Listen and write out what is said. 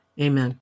Amen